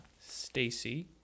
stacy